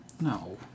No